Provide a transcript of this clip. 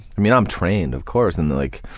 i'm you know i'm trained, of course, and like